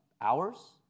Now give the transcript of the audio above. Hours